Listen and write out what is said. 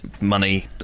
money